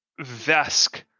Vesk